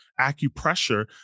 acupressure